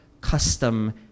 custom